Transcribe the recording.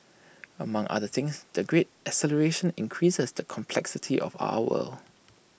among other things the great acceleration increases the complexity of our world